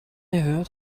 heard